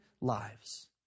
lives